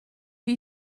you